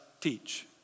teach